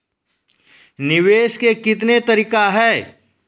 निवेश के कितने तरीका हैं?